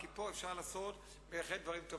כי כאן אפשר היה לעשות בהחלט דברים טובים.